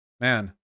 Man